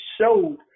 showed